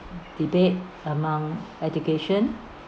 debate among education